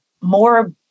more